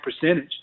percentage